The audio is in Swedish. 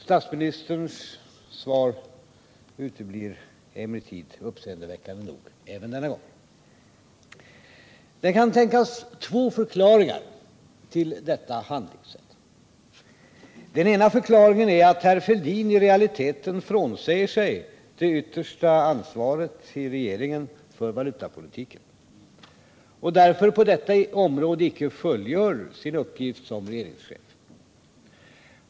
Statsministerns svar uteblev emellertid uppseendeväckande nog även denna gång. Det kan tänkas två förklaringar till detta handlingssätt. Den ena förklaringen är att herr Fälldin i realiteten frånsäger sig det yttersta ansvaret i regeringen för valutapolitiken och därför på detta område icke fullgör sin uppgift som regeringschef.